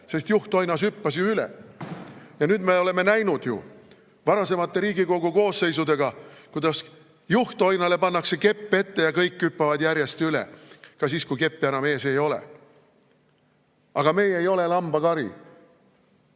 sest juhtoinas hüppas ju üle. Ja nüüd me oleme ju näinud varasemate Riigikogu koosseisudega, kuidas juhtoinale pannakse kepp ette ja kõik hüppavad järjest üle, ka siis, kui keppi enam ees ei ole. Aga meie ei ole lambakari.